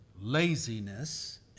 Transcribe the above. laziness